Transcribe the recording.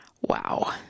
Wow